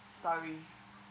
sorry